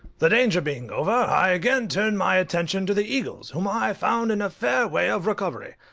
the danger being over, i again turned my attention to the eagles, whom i found in a fair way of recovery,